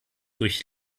durch